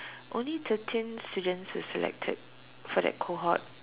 only thirteen students were selected for that cohort